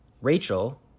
Rachel